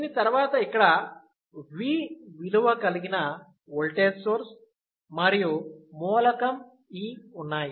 దీని తర్వాత ఇక్కడ V విలువ కలిగిన ఓల్టేజ్ సోర్స్ మరియు మూలకం E ఉన్నాయి